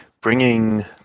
bringing